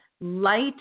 Light